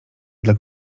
dla